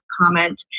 comment